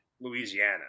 Louisiana